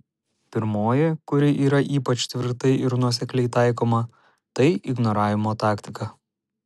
pirmoji kuri yra ypač tvirtai ir nuosekliai taikoma tai ignoravimo taktika